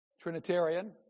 Trinitarian